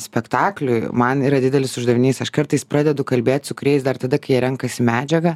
spektakliui man yra didelis uždavinys aš kartais pradedu kalbėti su kūrėjais dar tada kai jie renkasi medžiagą